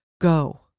go